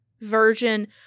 version